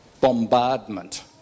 bombardment